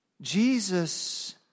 Jesus